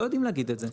לא יודעים להגיד את זה.